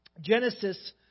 Genesis